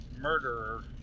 murderer